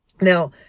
Now